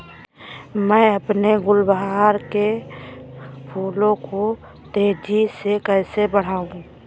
मैं अपने गुलवहार के फूल को तेजी से कैसे बढाऊं?